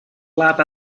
lab